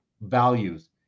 values